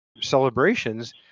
celebrations